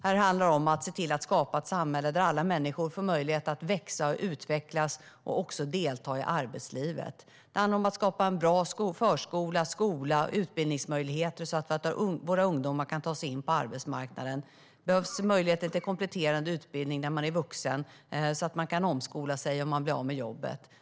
Det handlar om att skapa ett samhälle där alla människor får möjlighet att växa, utvecklas och delta i arbetslivet. Det handlar om att skapa bra förskola, skola och utbildningsmöjligheter så att våra ungdomar kan ta sig in på arbetsmarknaden. Det behövs möjlighet till kompletterande utbildning när man är vuxen, så att man kan omskola sig om man blir av med jobbet.